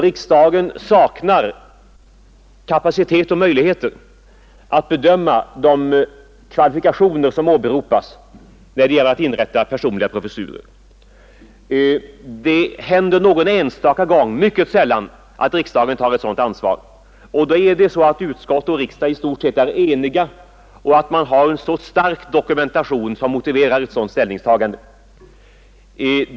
Riksdagen saknar kapacitet och möjlighet att bedöma de kvalifikationer som åberopas, när det gäller att inrätta personliga professurer. Det händer någon enstaka gång — mycket sällan — att riksdagen tar ett sådant ansvar, och då är utskottet och riksdagen i stort sett eniga och man har en stark dokumentation som motiv för ett sådant ställningstagande.